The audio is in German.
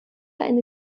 eine